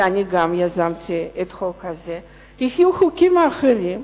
וגם אני יזמתי את החוק הזה, יהיו חוקים אחרים,